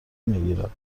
میگیرد